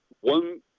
one